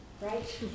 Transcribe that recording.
right